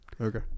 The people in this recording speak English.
Okay